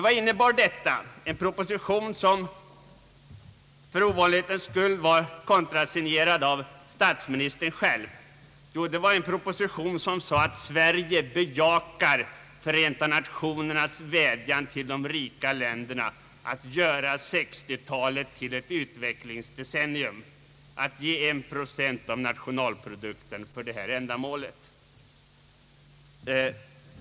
Vad innebar denna proposition, som för ovanlighetens skull var kontrasignerad av statsministern själv? Jo, den bejakade Förenta Nationernas vädjan till de rika länderna att göra 1960-talet till ett utvecklingsdecennium genom att ge en procent av nationalprodukten till utvecklingsbistånd.